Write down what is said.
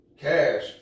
Cash